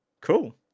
Cool